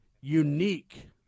unique